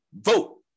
vote